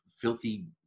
filthy